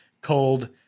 cold